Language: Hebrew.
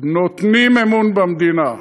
נותנים אמון במדינה,